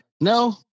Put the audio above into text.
no